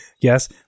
yes